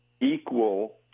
Equal